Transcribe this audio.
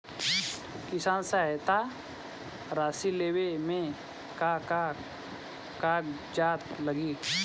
किसान सहायता राशि लेवे में का का कागजात लागी?